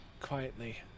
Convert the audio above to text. quietly